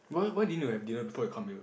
why why din you have dinner before you come here